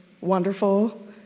wonderful